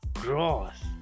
gross